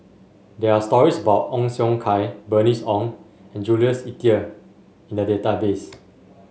there are stories about Ong Siong Kai Bernice Ong and Jules Itier in the database